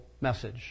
message